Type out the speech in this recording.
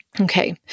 Okay